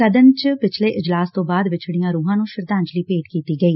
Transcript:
ਸਦਨ ਚ ਪਿਛਲੇ ਇਜਲਾਸ ਤੋ ਬਾਅਦ ਵਿਛੜੀਆਂ ਰੁਹਾਂ ਨੂੰ ਸ਼ਰਧਾਂਜਲੀ ਭੇਟ ਕੀਤੀ ਗਈ